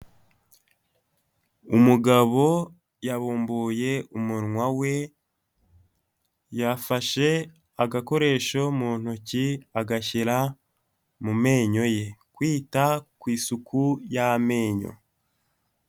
Umugabo yabumbuye umunwa we, yafashe agakoresho mu ntoki agashyira mu menyo ye, kwita ku isuku y'amenyo.